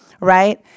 right